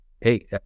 Hey